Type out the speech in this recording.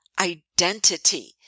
identity